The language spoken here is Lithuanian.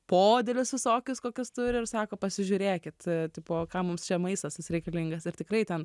podėlius visokius kokius turi ir sako pasižiūrėkit tipo ką mums čia maistas tas reikalingas ir tikrai ten